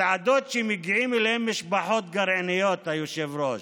מסעדות שמגיעות אליהן משפחות גרעיניות, היושב-ראש,